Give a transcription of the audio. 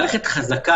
זאת מערכת חזקה.